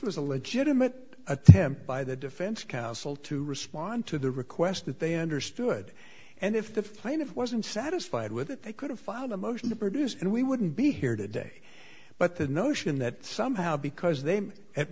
was a legitimate attempt by the defense counsel to respond to the request that they understood and if the plaintiff wasn't satisfied with it they could have filed a motion to produce and we wouldn't be here today but the notion that somehow because they